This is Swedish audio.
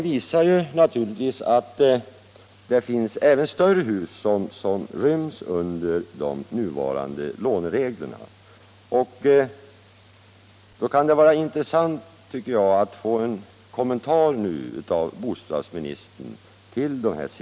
visar naturligtvis att även större hus ryms under de nuvarande lånereglerna. Då kunde det vara intressant att få en kommentar till dessa siffror av bostadsministern.